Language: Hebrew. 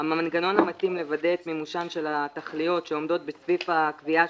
המנגנון המתאים לוודא את מימושן של התכליות שעומדות --- הקביעה